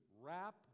wrap